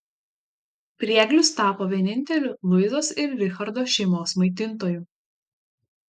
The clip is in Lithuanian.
prieglius tapo vieninteliu luizos ir richardo šeimos maitintoju